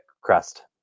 crust